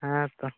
ᱦᱮᱸ ᱛᱚ